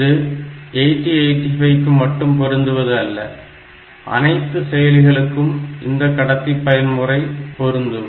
இது 8085 க்கு மட்டும் பொருந்துவது அல்ல அனைத்து செயலிகளுக்கும் இந்த கடத்தி பயன்முறை பொருந்தும்